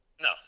No